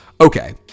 Okay